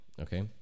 Okay